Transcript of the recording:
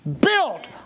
built